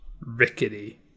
Rickety